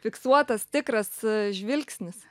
fiksuotas tikras žvilgsnis